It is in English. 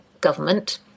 government